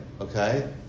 Okay